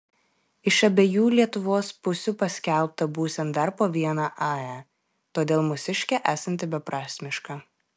iš abiejų lietuvos pusių paskelbta būsiant dar po vieną ae todėl mūsiškė esanti beprasmiška